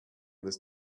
this